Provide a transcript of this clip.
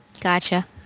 Gotcha